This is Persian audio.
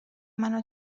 منو